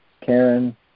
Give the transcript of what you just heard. Karen